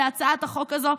להצעת החוק הזו,